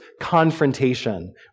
confrontation